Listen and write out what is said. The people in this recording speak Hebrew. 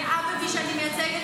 גאה במי שאני מייצגת,